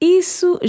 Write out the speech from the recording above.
isso